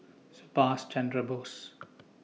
Subhas Chandra Bose